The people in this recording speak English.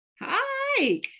Hi